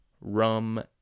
Rum